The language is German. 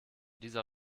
dieser